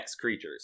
creatures